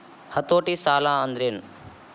ಹತೋಟಿ ಸಾಲಾಂದ್ರೆನ್?